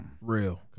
Real